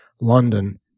London